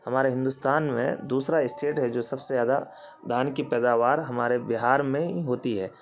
ہمارے ہندوستان میں دوسرا اسٹیٹ ہے جو سب سے زیادہ دھان کی پیداوار ہمارے بہار میں ہی ہوتی ہے